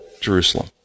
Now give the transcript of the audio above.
Jerusalem